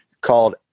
called